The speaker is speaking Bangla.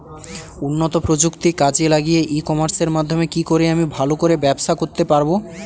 উন্নত প্রযুক্তি কাজে লাগিয়ে ই কমার্সের মাধ্যমে কি করে আমি ভালো করে ব্যবসা করতে পারব?